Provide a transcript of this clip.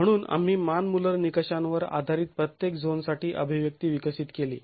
म्हणून आम्ही Mann Muller निकषांवर आधारित प्रत्येक झोनसाठी अभिव्यक्ती विकसित केली